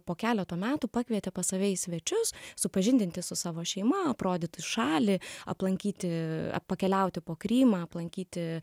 po keleto metų pakvietė pas save į svečius supažindinti su savo šeima aprodyti šalį aplankyti pakeliauti po krymą aplankyti